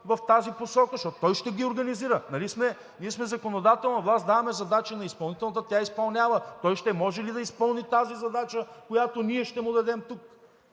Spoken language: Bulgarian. в тази посока, защото той ще ги организира. Нали ние сме законодателна власт и даваме задачи на изпълнителната, а тя изпълнява? Той ще може ли да изпълни тази задача, която ние ще му дадем тук?